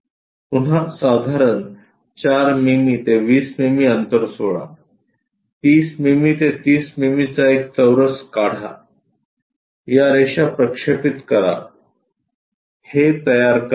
पुन्हा साधारण 4 मिमी ते 20 मिमी अंतर सोडा 30 मिमी ते 30 मिमीचा एक चौरस काढा या रेषा प्रक्षेपित करा हे तयार करा